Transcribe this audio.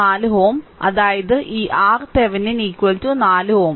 5 4Ω അതായത് ഈ RThevenin 4Ω